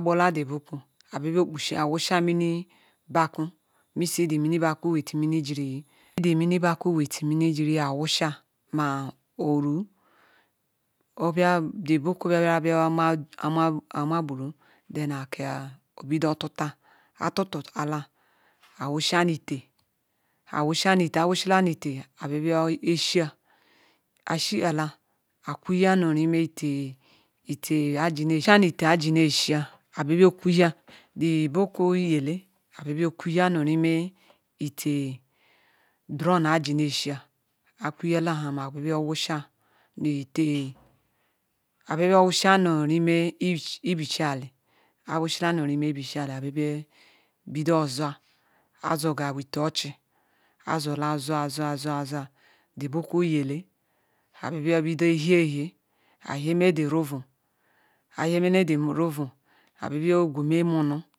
gbola the beku ayi bia beh kpuchi-a wu shia mini bah ku shi the mini beku Mixi beku with min jiri- uyi mini beku with min jiri-uyi ma oru obia the beku obido otuta otutu-ahala ayi wushia ni iteh ayi wushia nj iteh ayi wushila ni iteh ayi bia beh shia ayi shi-ala ayi kuya nu lme itel utah ayi ji ne eshia ayi bia beh okuya the beku lyele ayi bia beh okuya ni lme iteh drum aji ne eshis ayi kuyalam ayi bia ourushia ni iteh ayi bia boh owusia ni imeh ibishia ali ayi weh ni imeh ibishiali ayi biduh zoa ayi zoga with ochi ayi zola ƶo-a ƶo-a ƶo-a the beku yele ayi bia bedoh nhie- hie ayi nheme the oven ayi nhemene the nem nbia beh gweme mohohi